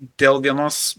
dėl vienos